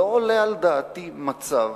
לא עולה על דעתי מצב